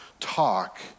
talk